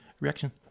reaction